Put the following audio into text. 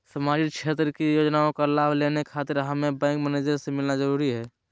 सामाजिक क्षेत्र की योजनाओं का लाभ लेने खातिर हमें बैंक मैनेजर से मिलना जरूरी है?